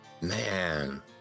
Man